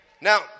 Now